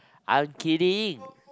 I'm kidding